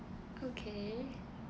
okay